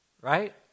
right